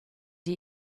die